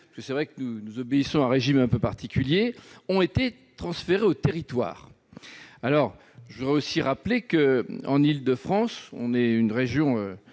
il est vrai que nous obéissons à un régime un peu particulier -, ont été transférées aux territoires. Je voudrais aussi rappeler que l'Île-de-France est une région